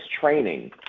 training